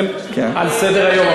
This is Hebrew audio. זה על סדר-היום,